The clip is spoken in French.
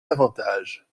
davantage